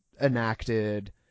enacted